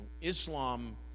Islam